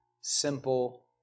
simple